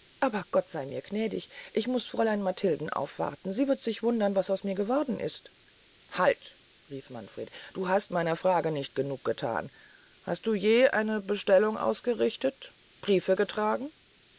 aber gott sey mir gnädig ich muß fräulein matilden aufwarten sie wird sich wundern was aus mir geworden ist halt rief manfred du hast meiner frage nicht genug gethan hast du je eine bestellung ausgerichtet briefe getragen